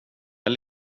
jag